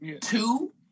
Two